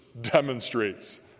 demonstrates